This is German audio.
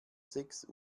sechs